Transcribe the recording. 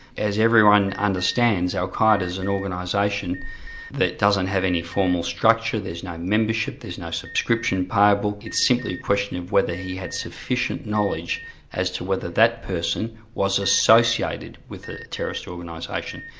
as everyone understands, al-qa'eda's an organisation that doesn't have any formal structure, there's no membership, there's no subscription payable, it's simply a question of whether he had sufficient knowledge as to whether that person was associated with a terrorist organisation,